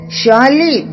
surely